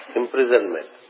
imprisonment